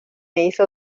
hizo